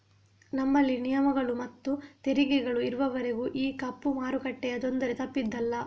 ನಮ್ಮಲ್ಲಿ ನಿಯಮಗಳು ಮತ್ತು ತೆರಿಗೆಗಳು ಇರುವವರೆಗೂ ಈ ಕಪ್ಪು ಮಾರುಕಟ್ಟೆಯ ತೊಂದರೆ ತಪ್ಪಿದ್ದಲ್ಲ